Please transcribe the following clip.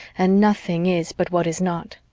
and nothing is but what is not.